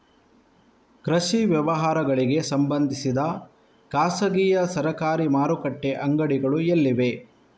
ಕೃಷಿ ವ್ಯವಹಾರಗಳಿಗೆ ಸಂಬಂಧಿಸಿದ ಖಾಸಗಿಯಾ ಸರಕಾರಿ ಮಾರುಕಟ್ಟೆ ಅಂಗಡಿಗಳು ಎಲ್ಲಿವೆ?